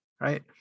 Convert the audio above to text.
right